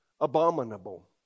abominable